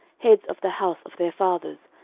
heads of the house of their fathers,